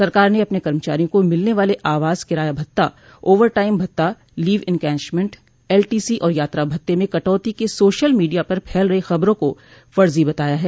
सरकार ने अपने कर्मचारियों को मिलने वाले आवास किराया भत्ता ओवर टाइम भत्ता लीव इनकैशमेंट एलटीसी और यात्रा भत्ते में कटौतो की सोशल मीडिया पर फैल रही खबर को फर्जी बताया है